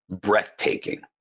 breathtaking